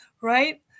right